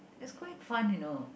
is quite fun you know